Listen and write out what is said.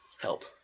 Help